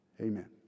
Amen